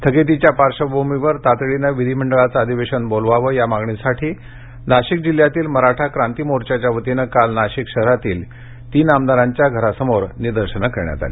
स्थगितीच्या पार्श्वभूमीवर तातडीने विधी मंडळाचे अधिवेशन बोलवावं या मागणीसाठी नाशिक जिल्ह्यातील मराठा क्रांती मोर्चाच्या वतीने काल नाशिक शहरातील तीन आमदारांच्या घरासमोर निदर्शनं करण्यात आली